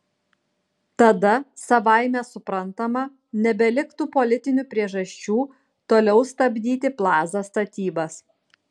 tada savaime suprantama nebeliktų politinių priežasčių toliau stabdyti plaza statybas